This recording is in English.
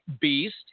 beast